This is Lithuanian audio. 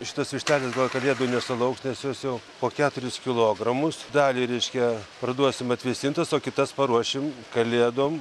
šitos vištelės gal kalėdų nesulauks nes jos jau po keturis kilogramus dalį reiškia parduosim atvėsintas o kitas paruošim kalėdom